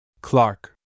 Clark